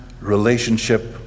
relationship